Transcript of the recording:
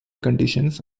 conditions